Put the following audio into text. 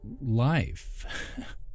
Life